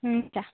हुन्छ